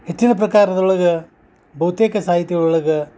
ಹೆಚ್ಚಿನ ಪ್ರಕಾರದೊಳಗ ಬಹುತೇಕ ಸಾಹಿತಿ ಒಳಗೆ